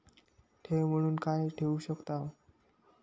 ठेव म्हणून काय ठेवू शकताव?